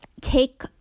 take